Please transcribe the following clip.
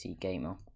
Gamer